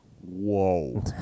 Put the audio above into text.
whoa